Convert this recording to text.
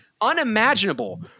unimaginable